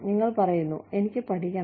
നിങ്ങൾ പറയുന്നു എനിക്ക് പഠിക്കണം